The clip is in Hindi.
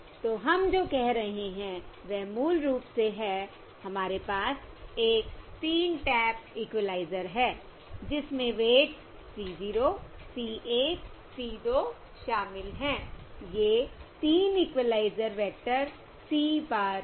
तो हम जो कह रहे हैं वह मूल रूप से है हमारे पास एक 3 टैप इक्विलाइज़र है जिसमें वेट्स C 0 C 1 C 2 शामिल हैं ये 3 इक्विलाइज़र वेक्टर C bar हैं